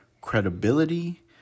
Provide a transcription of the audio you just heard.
credibility